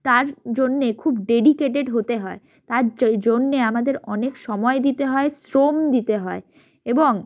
তার জন্যে খুব ডেডিকেডেড হতে হয় তার যেই জন্যে আমাদের অনেক সময় দিতে হয় শ্রম দিতে হয় এবং